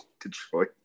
Detroit